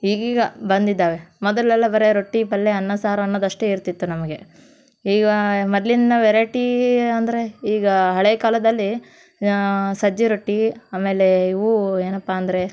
ಈಗೀಗ ಬಂದಿದ್ದಾವೆ ಮೊದಲೆಲ್ಲ ಬರೇ ರೊಟ್ಟಿ ಪಲ್ಯ ಅನ್ನ ಸಾರು ಅನ್ನೋದಷ್ಟೇ ಇರ್ತಿತ್ತು ನಮಗೆ ಈಗ ಮೊದ್ಲಿನ ವೆರೈಟೀ ಅಂದರೆ ಈಗ ಹಳೆಯ ಕಾಲದಲ್ಲಿ ಸಜ್ಜೆ ರೊಟ್ಟಿ ಆಮೇಲೆ ಇವು ಏನಪ್ಪ ಅಂದರೆ